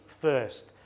first